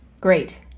Great